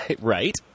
Right